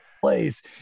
place